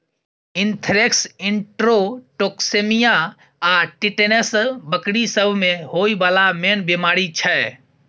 anthrax, enterotoxaemia आ tetanus बकरी सब मे होइ बला मेन बेमारी छै